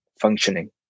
functioning